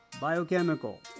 biochemical